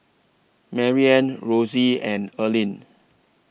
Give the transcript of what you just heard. Maryanne Rosie and Erlene